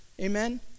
Amen